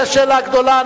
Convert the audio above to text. זו שאלה גדולה.